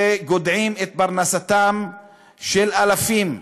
וגודעים את פרנסתם של אלפים.